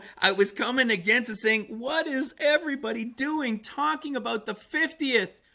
i was coming against it saying what is everybody doing talking about the fiftieth?